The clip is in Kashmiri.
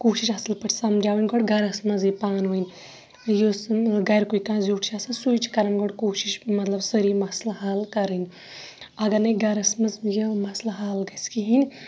کوٗشِش اَصل پٲٹھۍ سَمجاوٕنۍ گۄڈٕ گَرس مَنٛزے پانہٕ ونۍ یُس گَرکُے کانٛہہ زیُتھ چھُ آسان سُے چھُ کَران گۄڈٕ کوٗشِش مَطلَب سٲری مَسلہٕ حَل کَرٕنۍ اَگَر نے گَرَس مَنٛز یِم مَسلہٕ حَل گَژھِ کِہِنۍ